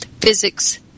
Physics